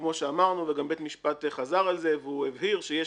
כמו שאמרנו וגם בית משפט חזר על זה והוא הבהיר שיש